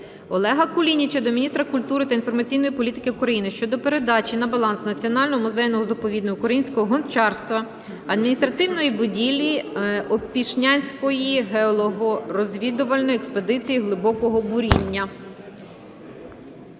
Олега Кулініча до міністра культури та інформаційної політики України щодо передачі на баланс Національного музею-заповіднику українського гончарства адміністративної будівлі Опішнянської геологорозвідувальної експедиції глибокого буріння.